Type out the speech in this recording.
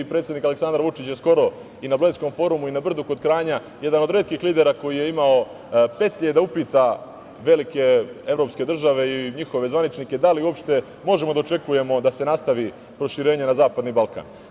Predsednik Aleksandar Vučić je skoro i na Bledskom forumu i na Brdu kod Kranja, jedan od retkih lidera koji je imao petlje da upita velike evropske države i njihove zvaničnike - da li uopšte možemo da očekujemo da se nastavi proširenje na zapadni Balkan?